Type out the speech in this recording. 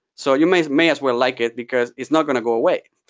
so you may may as well like it because it's not going to go away.